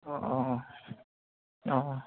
অঁ অঁ অঁ অঁ অঁ